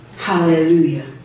Hallelujah